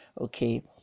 Okay